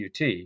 UT